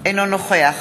אינו נוכח